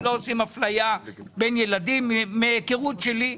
הן לא עושות אפליה בין ילדים - מההיכרות שלי,